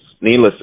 needless